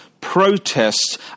protests